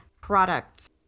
products